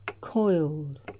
coiled